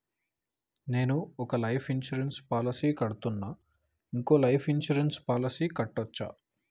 నేను ఒక life insurance policy కడ్తున్నా, ఇంకో లైఫ్ ఇన్సూరెన్స్ పాలసీ కట్టొచ్చా?